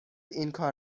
اینکار